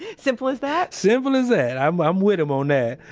yeah simple as that? simple as that. i'm i'm with him on that.